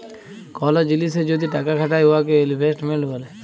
call জিলিসে যদি টাকা খাটায় উয়াকে ইলভেস্টমেল্ট ব্যলে